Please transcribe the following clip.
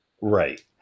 Right